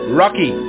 rocky